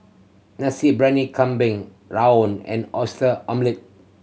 Nasi Briyani Kambing rawon and Oyster Omelette